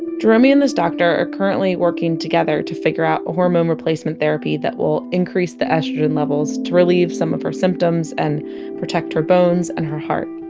jeromey and this doctor are currently working together to figure out a hormone replacement therapy that will increase the estrogen levels to relieve some of her symptoms and protect her bones and her heart